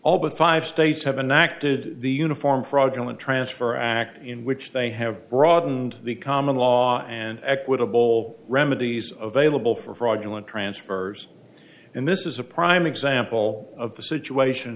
all but five states have enacted the uniform fraudulent transfer act in which they have broadened the common law and equitable remedies available for fraudulent transfers and this is a prime example of the situation